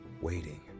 waiting